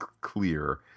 clear